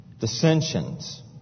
dissensions